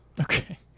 Okay